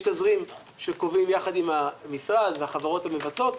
יש תזרים שקובעים יחד עם המשרד, והחברות מבצעות,